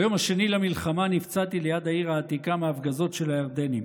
ביום השני למלחמה נפצעתי ליד העיר העתיקה מההפגזות של הירדנים.